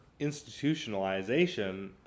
institutionalization